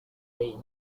rain